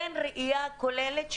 אין ראייה כוללת,